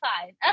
fine